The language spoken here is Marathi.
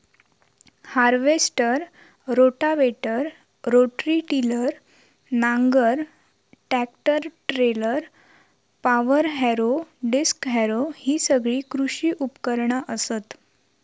हार्वेस्टर, रोटावेटर, रोटरी टिलर, नांगर, tractor trailer, power harrow, disc harrow हि सगळी कृषी उपकरणा असत